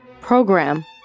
Program